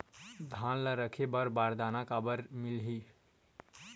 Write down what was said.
धान ल रखे बर बारदाना काबर मिलही?